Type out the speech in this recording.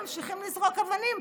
ממשיכים לזרוק אבנים,